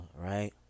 Right